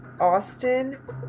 Austin